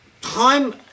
time